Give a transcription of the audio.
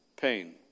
pain